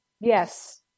Yes